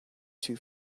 two